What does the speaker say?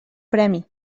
premi